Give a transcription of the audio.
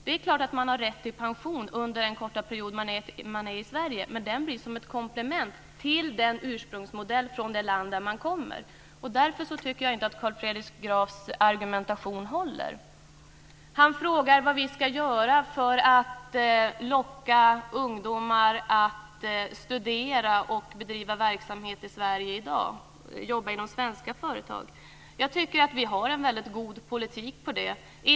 Det är klart att de har rätt till pension under den korta period de är i Sverige, men den blir ett komplement till den ursprungsmodell som finns i det land som de kommer ifrån. Därför tycker jag inte att Carl Fredrik Grafs argumentation håller. Han frågar vad vi ska göra för att locka ungdomar att studera och bedriva verksamhet i Sverige och jobba i svenska företag i dag. Jag tycker att vi har en väldigt god politik på det området.